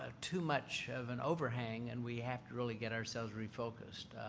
ah too much of an overhang and we have to really get ourselves refocused.